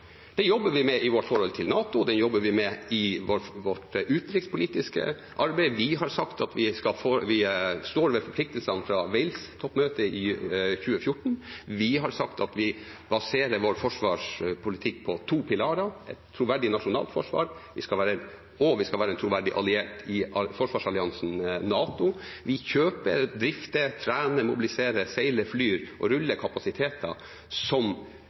Det jobber vi med i vårt forhold til NATO, og det jobber vi med i vårt utenrikspolitiske arbeid. Vi har sagt at vi står ved forpliktelsene fra Wales-toppmøtet i 2014, og vi har sagt at vi baserer vår forsvarspolitikk på to pilarer: Vi skal være et troverdig nasjonalt forsvar, og vi skal være en troverdig alliert i forsvarsalliansen NATO. Vi kjøper, drifter, trener, mobiliserer, seiler, flyr og ruller kapasiteter som